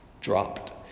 dropped